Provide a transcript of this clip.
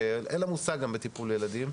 שגם אין לה מושג בטיפול בילדים,